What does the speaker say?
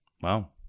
Wow